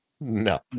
No